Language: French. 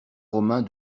romain